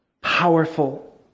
powerful